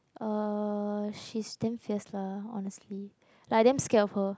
uh she's damn fierce lah honestly like I'm damn scared of her